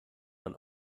man